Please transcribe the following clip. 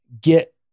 get